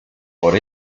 por